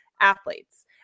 athletes